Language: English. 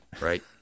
right